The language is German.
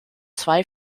zwei